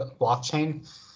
blockchain